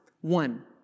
one